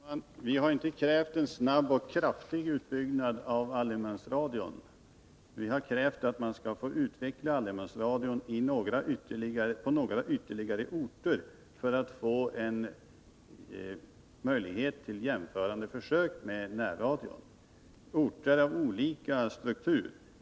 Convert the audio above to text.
Fru talman! Vi har inte krävt en snabb och kraftig utbyggnad av allemansradion. Vi har krävt att man skall få utveckla allemansradion på ytterligare några orter, av olika struktur, för att få en möjlighet att göra jämförande försök med lokalradion.